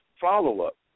follow-up